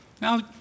Now